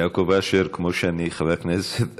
חבר הכנסת אשר,